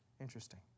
Interesting